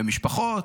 ומשפחות.